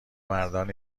مردان